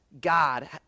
God